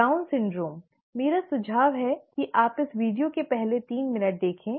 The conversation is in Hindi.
डाउन सिंड्रोम मेरा सुझाव है कि आप इस वीडियो के पहले तीन मिनट देखें